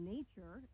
Nature